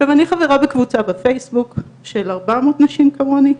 אני גם חברה בקבוצה בפייסבוק של 400 נשים כמוני,